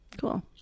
Cool